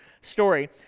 story